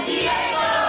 Diego